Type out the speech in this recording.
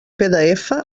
pdf